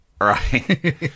right